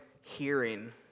hearing